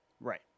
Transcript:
Right